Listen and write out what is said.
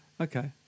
Okay